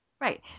right